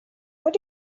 what